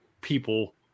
people